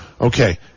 Okay